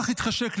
לא כל כך התחשק לי,